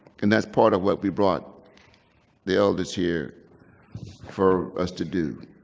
and that's part of what we brought the elders here for us to do,